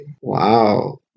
Wow